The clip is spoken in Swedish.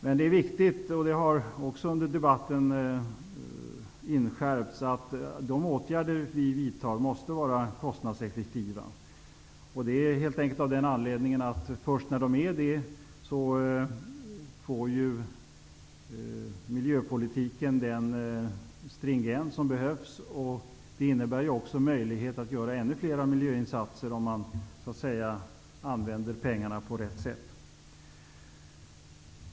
Men det är viktigt -- och det har också under debatten inskärpts -- att de åtgärder som vi vidtar är kostnadseffektiva, helt enkelt av den anledningen att det först är då som miljöpolitiken får den stringens som behövs. Om pengarna används på rätt sätt innebär det också att det blir möjligt att göra ännu fler miljöinsatser.